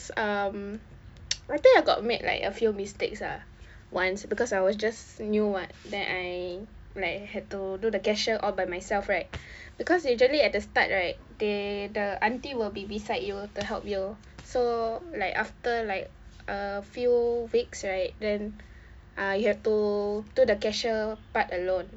um I think I got make like a few mistakes lah once because I was just new what then I like had to do the cashier all by myself right because usually at the start right they the aunty will be beside you to help you so like after like a few weeks right then ah you have to do the cashier part alone